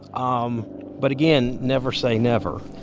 um but again, never say never.